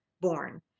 born